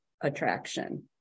attraction